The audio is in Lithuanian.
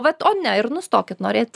vat o ne ir nustokit norėt